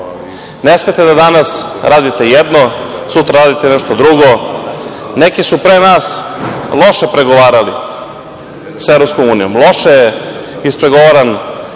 Ne smete da danas radite jedno, sutra radite nešto drugo, neki su pre nas loše pregovarali sa EU, loše ispregovaran